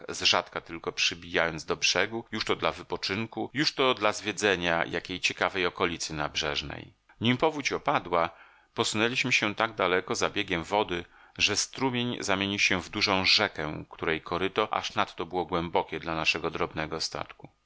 falach zrzadka tylko przybijając do brzegu już to dla wypoczynku już to dla zwiedzenia jakiej ciekawej okolicy nabrzeżnej nim powódź opadła posunęliśmy się tak daleko za biegiem wody że strumień zamienił się w dużą rzekę której koryto aż nadto było głębokie dla naszego drobnego statku